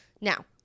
Now